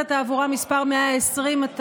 אל תעזור לי, אני מאוד מודה לך.